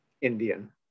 Indian